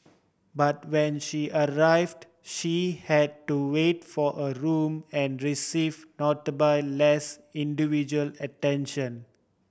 but when she arrived she had to wait for a room and receive notably less individual attention